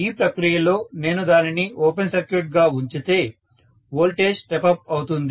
ఈ ప్రక్రియలో నేను దానిని ఓపెన్ సర్క్యూట్ గా ఉంచితే వోల్టేజ్ స్టెప్ అప్ అవుతుంది